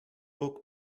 book